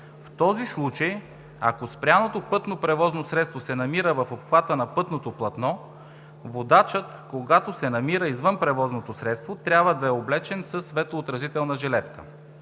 В този случай, ако спряното пътно превозно средство се намира в обхвата на пътното платно, водачът, когато се намира извън превозното средство, трябва да е облечен със светлоотразителна жилетка.